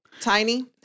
Tiny